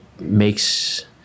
makes